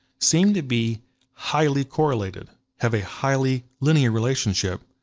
seem to be highly correlated, have a highly linear relationship,